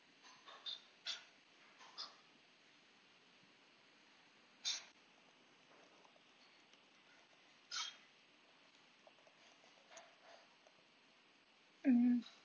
mm